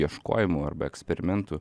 ieškojimų arbe eksperimentų